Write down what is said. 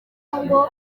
ngo